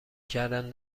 کردن